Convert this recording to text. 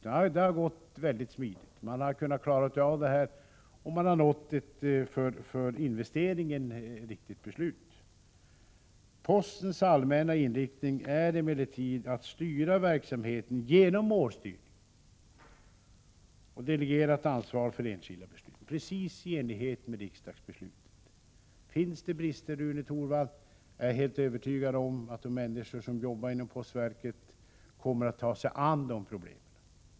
Man har klarat av frågorna mycket smidigt, och man har åstadkommit riktiga beslut när det gäller dessa investeringar. Postens allmänna inriktning är emellertid att bedriva verksamheten genom målstyrning och delegera ansvaret för enskilda beslut helt i enlighet med vad riksdagen beslutat. Finns det brister, Rune Torwald, är jag helt övertygad om att de människor som arbetar inom postverket kommer att ta sig an problemen.